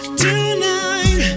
tonight